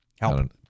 help